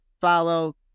follow